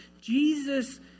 Jesus